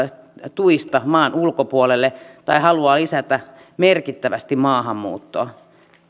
tuista maan ulkopuolelle tai haluaa lisätä merkittävästi maahanmuuttoa